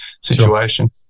situation